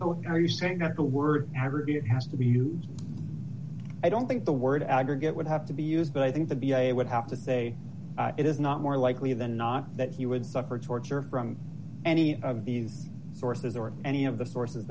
oh are you saying that the word aggregate has to be used i don't think the word aggregate would have to be used but i think the b s a would have to say it is not more likely than not that he would suffer torture from any of these sources or any of the sources